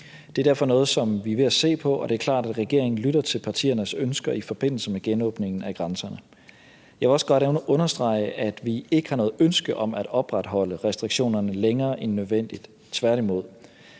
Det er derfor noget, som vi er ved at se på, og det er klart, at regeringen lytter til partiernes ønsker i forbindelse med genåbningen af grænserne. Jeg vil også godt understrege, at vi ikke har noget ønske om at opretholde restriktionerne længere end nødvendigt. Tværtimod.